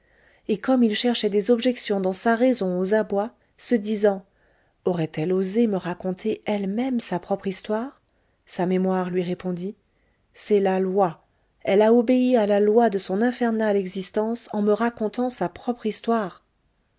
et comme il cherchait des objections dans sa raison aux abois se disant aurait-elle osé me raconter elle-même sa propre histoire sa mémoire lui répondit c'est la loi elle a obéi à la loi de son infernale existence en me racontant sa propre histoire